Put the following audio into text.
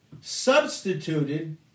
Substituted